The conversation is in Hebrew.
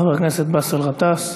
חבר הכנסת באסל גטאס.